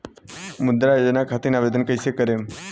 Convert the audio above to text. मुद्रा योजना खातिर आवेदन कईसे करेम?